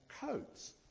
coats